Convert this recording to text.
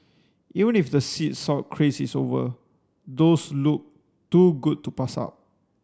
even if the sea salt craze is over those look too good to pass up